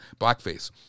Blackface